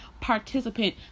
participant